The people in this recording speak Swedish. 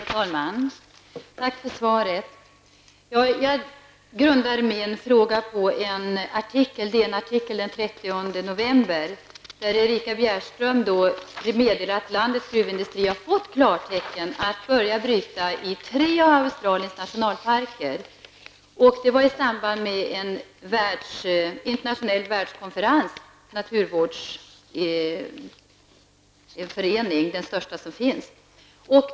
Herr talman! Tack för svaret, miljöministern. Jag grundar min fråga på en artikel i Dagens Nyheter den 30 november där Erika Bjärström meddelar att landets gruvindustri har fått klartecken att börja bryta i tre av Australiens nationalparker. Det skedde i samband med en internationell konferens världens största naturvårdsförening.